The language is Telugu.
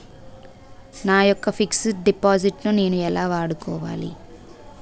నా యెక్క ఫిక్సడ్ డిపాజిట్ ను నేను ఎలా వాడుకోవాలి?